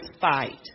fight